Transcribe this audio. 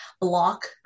block